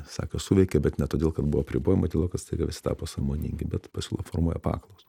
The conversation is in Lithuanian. sako suveikė bet ne todėl kad buvo apribojimai o todėl kad staiga visi tapo sąmoningi bet pasiūla formuoja paklausą